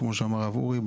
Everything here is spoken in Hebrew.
כמו שאמר הרב אורי.